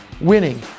winning